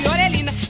Orelina